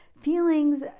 feelings